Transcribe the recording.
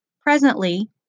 Presently